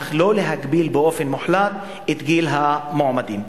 אך לא להגביל באופן מוחלט את גיל המועמדים.